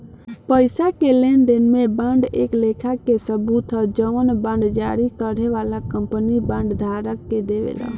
पईसा के लेनदेन में बांड एक लेखा के सबूत ह जवन बांड जारी करे वाला कंपनी बांड धारक के देवेला